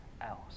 else